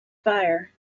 fire